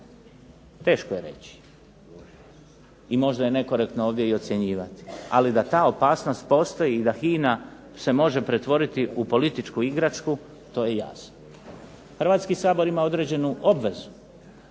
teško je reći, i možda je nekorektno ovdje i ocjenjivati, ali da ta opasnost postoji i da HINA se može pretvoriti u političku igračku to je jasno. Hrvatski sabor ima određenu obvezu